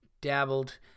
dabbled